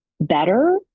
better